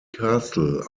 castle